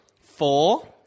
Four